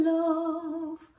love